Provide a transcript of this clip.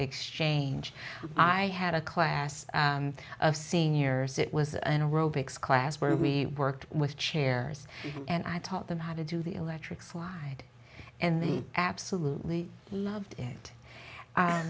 exchange i had a class of seniors it was an aerobics class where we worked with chairs and i taught them how to do the electric slide and he absolutely loved it